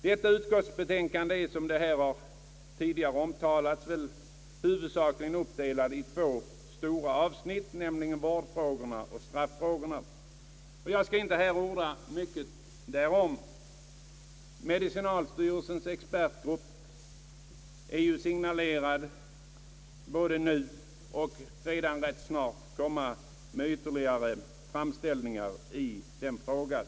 Föreliggande <utskottsutlåtande är, som redan har nämnts, huvudsakligen uppdelat i två stora avsnitt, som avser dels vårdfrågor och dels straffrättsliga frågor. Jag skall inte här orda mycket därom. :Medicinalstyrelsens = expertgrupp har redan framlagt vissa förslag och lär inom kort komma med ytterligare framställningar i denna fråga.